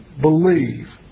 believe